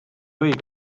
või